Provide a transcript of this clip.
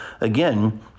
again